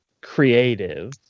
creative